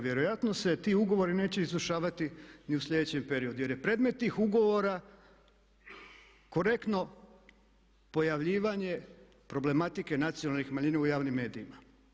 Vjerojatno se ti ugovori neće izvršavati ni u sljedećem periodu, jer je predmet tih ugovora korektno pojavljivanje problematike nacionalnih manjina u javnim medijima.